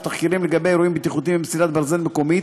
תחקירים לגבי אירועים בטיחותיים במסילת ברזל מקומית,